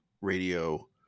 radio